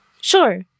sure